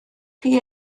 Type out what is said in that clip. chi